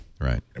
Right